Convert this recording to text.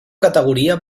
categoria